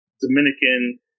Dominican